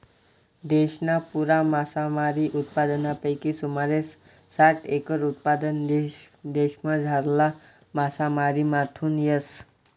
देशना पुरा मासामारी उत्पादनपैकी सुमारे साठ एकर उत्पादन देशमझारला मासामारीमाथून येस